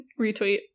Retweet